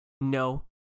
No